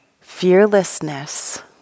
fearlessness